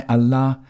Allah